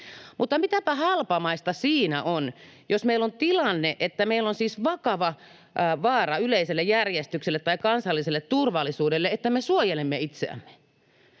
Mutta mitäpä halpamaista siinä on, että jos on tilanne, että meillä on siis vakava vaara yleiselle järjestykselle tai kansalliselle turvallisuudelle, niin me suojelemme itseämme?